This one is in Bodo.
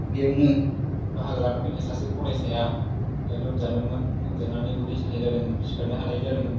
बियावनो बाहागो लानो फैनाय सासे फरायसाया लोमजादोंमोन लोमजानानै उदै सानाय जादोंमोन सिखारनो हालायै जादोंमोन